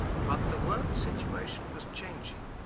but the world situation was changing.